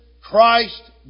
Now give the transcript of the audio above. Christ